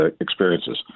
experiences